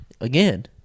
again